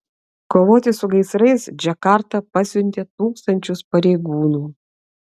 kovoti su gaisrais džakarta pasiuntė tūkstančius pareigūnų